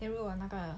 因为我那个